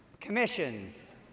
Commissions